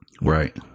Right